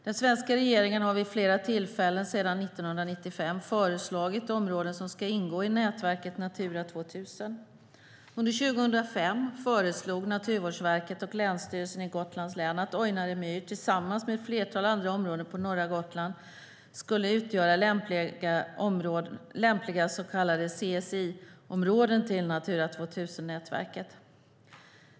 Den svenska regeringen har vid flera tillfällen sedan 1995 föreslagit områden som ska ingå i nätverket Natura 2000. Under 2005 föreslog Naturvårdsverket och Länsstyrelsen i Gotlands län att Ojnare myr tillsammans med ett flertal andra områden på norra Gotland skulle utgöra lämpliga så kallade SCI-områden till Natura 2000-nätverket.